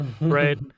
right